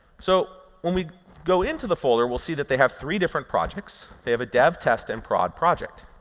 so when we go into the folder we'll see that they have three different projects. they have a dev, test, and prod project.